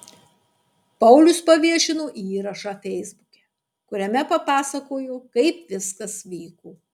paulius paviešino įrašą feisbuke kuriame papasakojo kaip viskas vyko